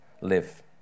live